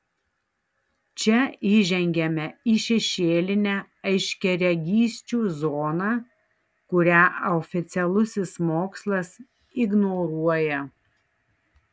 čia įžengiame į šešėlinę aiškiaregysčių zoną kurią oficialusis mokslas ignoruoja